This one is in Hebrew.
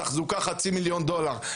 תחזוקה: חצי מיליון דולר.